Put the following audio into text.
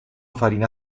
farina